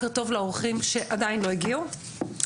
בוקר טוב לאורחים שעדיין לא הגיעו.